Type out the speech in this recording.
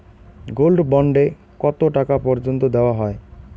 Gold bond এ কতো টাকা পর্যন্ত দেওয়া হয়?